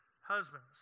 Husbands